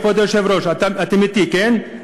כבוד היושב-ראש, אתם אתי, כן?